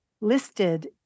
listed